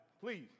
please